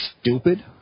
stupid